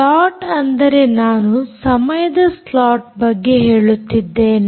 slot ಅಂದರೆ ನಾನು ಸಮಯದ ಸ್ಲಾಟ್ ಬಗ್ಗೆ ಹೇಳುತ್ತಿದ್ದೇನೆ